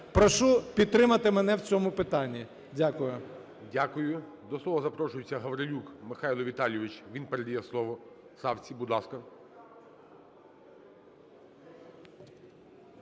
Прошу підтримати мене в цьому питанні. Дякую. ГОЛОВУЮЧИЙ. Дякую. До слова запрошується Гаврилюк Михайло Віталійович. Він передає слово Савці. Будь ласка.